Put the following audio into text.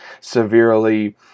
severely